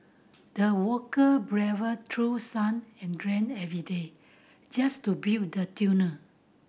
the worker braved through sun and rain every day just to build the tunnel